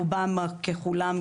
רובם ככולם,